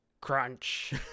Crunch